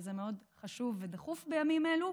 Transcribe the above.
שזה מאוד חשוב ודחוף בימים אלו,